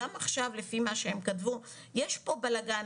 גם עכשיו לפי מה שהם כתבו, יש פה בלגן.